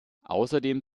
außerdem